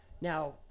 Now